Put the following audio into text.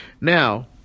Now